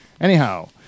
Anyhow